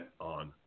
on